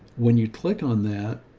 when you click on that,